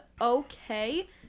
okay